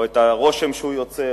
או את הרושם שהוא יוצר